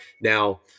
now